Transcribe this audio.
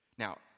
Now